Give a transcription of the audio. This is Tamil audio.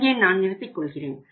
இங்கே நான் நிறுத்திக் கொள்கிறேன்